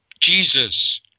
Jesus